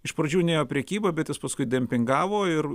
iš pradžių nėjo prekyba bet jis paskui dempingavo ir